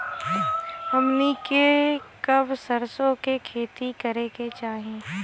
हमनी के कब सरसो क खेती करे के चाही?